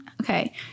Okay